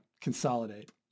consolidate